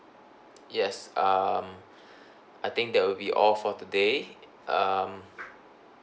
yes um I think that will be all for today um